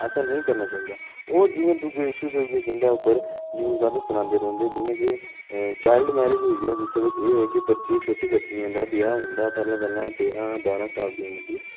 ऐसा नेईं करना चाहिदा और जि'यां दूए इश्यूज़ होई गे जिंदे उप्पर न्यूज़ आह्ले सनांदे रौंह्दे जि'यां कि चाइल्ड मैरिज होई गेआ जिसदे बिच एह् ऐ कि छोटी बच्चियें दा ब्याह् होई जंदा पैह्लें पैह्लें तेरां बारां साल दी उमर दी